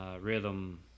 Rhythm